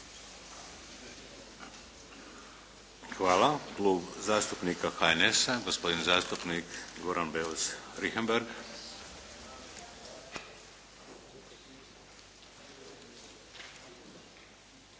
Hvala. Klub zastupnika HNS-a, gospodin zastupnik Goran Beus Richembergh.